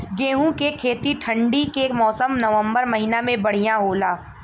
गेहूँ के खेती ठंण्डी के मौसम नवम्बर महीना में बढ़ियां होला?